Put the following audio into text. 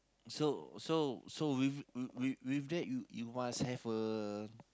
so so so with with that you must have a